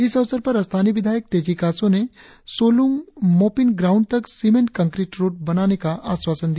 इस अवसर पर स्थानीय विधायक तेसी कासो ने सोलुंग मोपिन ग्राउण्ड तक सीमेंट कंक्रीट रोड बनाने का आश्वासन दिया